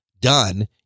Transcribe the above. done